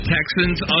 Texans